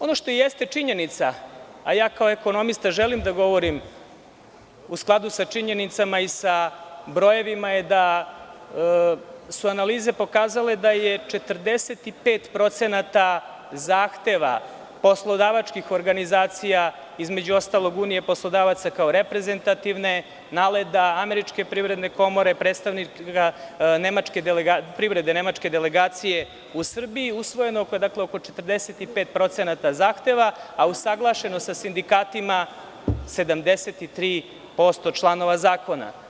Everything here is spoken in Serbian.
Ono što jeste činjenica, a ja kao ekonomista želim da govorim u skladu sa činjenicama i sa brojevima, je da su analize pokazale da je 45% zahteva poslodavačkih organizacija, između ostalog Unije poslodavaca kao reprezentativne, navele da američke privredne komore, predstavnika privrede nemačke delegacije, u Srbiji usvojeno je oko 45% zahteva, a usaglašeno sa sindikatima 73% članova zakona.